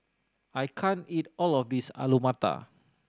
I can't eat all of this Alu Matar